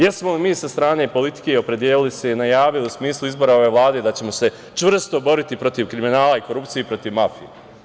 Jesmo li mi sa strane politike opredelili se i najavili u smislu izbora ove Vlade da ćemo se čvrsto boriti protiv kriminala i korupcije i protiv mafije?